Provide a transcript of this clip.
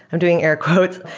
i'm doing air quotes.